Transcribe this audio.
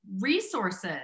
resources